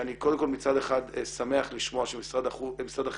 שאני קודם כל מצד אחד שמח לשמוע שמשרד החינוך